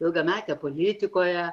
ilgametę politikoje